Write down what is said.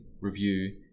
review